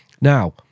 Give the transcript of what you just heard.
Now